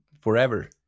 forever